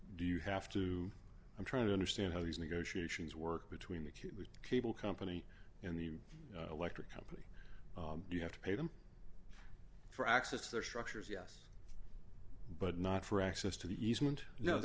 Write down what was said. do you have to i'm trying to understand how these negotiations work between the cable company in the electric company you have to pay them for access their structures yes but not for access to the easement kno